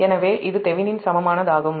எனவே இது தெவெனின் சமமானதாகும்